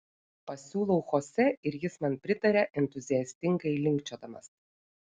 pasiūlau chosė ir jis man pritaria entuziastingai linkčiodamas